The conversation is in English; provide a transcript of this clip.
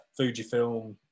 Fujifilm